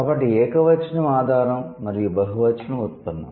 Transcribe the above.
కాబట్టి ఏకవచనం ఆధారం మరియు బహువచనం ఉత్పన్నం